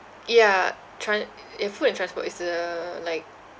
yeah tran~ uh food and transport is the like